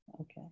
Okay